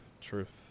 truth